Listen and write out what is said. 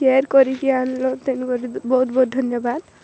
care କରିକି ଆଣିଲ ତେଣୁକରି ତ ବହୁତ ବହୁତ ଧନ୍ୟବାଦ